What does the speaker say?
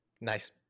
Nice